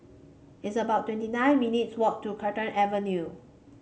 it's about twenty nine minutes' walk to Carlton Avenue